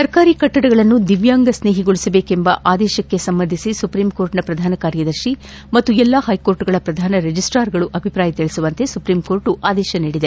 ಸರ್ಕಾರಿ ಕಟ್ಟಡಗಳನ್ನು ದಿವ್ಲಾಂಗ ಸ್ನೇಹಿಗೊಳಿಸಬೇಕೆಂಬ ಆದೇಶಕ್ಷಿ ಸಂಬಂಧಿಸಿ ಸುಪ್ರೀಂ ಕೋರ್ಟ್ನ ಪ್ರಧಾನ ಕಾರ್ಯದರ್ತಿ ಮತ್ತು ಎಲ್ಲಾ ಹೈಕೋರ್ಟ್ಗಳ ಪ್ರಧಾನ ರಿಜಿಸ್ಟಾರ್ಗಳು ಅಭಿಪ್ರಾಯ ತಿಳಿಸುವಂತೆ ಸುಪ್ರೀಂ ಕೋರ್ಟ್ ಆದೇಶ ನೀಡಿದೆ